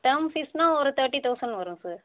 term ஃபீஸ்ன்னா ஒரு thirty thousand வரும் சார்